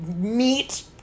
meat